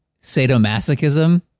sadomasochism